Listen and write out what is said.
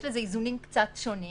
יש לזה איזונים קצת שונים.